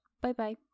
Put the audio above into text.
Bye-bye